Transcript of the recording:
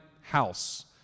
house